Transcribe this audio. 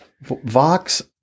Vox